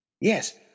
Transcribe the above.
Yes